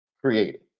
created